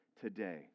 today